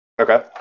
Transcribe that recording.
Okay